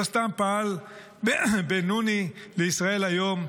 לא סתם פעל בין נוני לישראל היום,